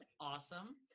awesome